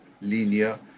linear